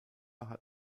hat